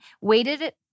waited